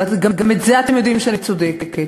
וגם בזה אתם יודעים שאני צודקת.